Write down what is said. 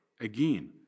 again